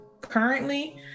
currently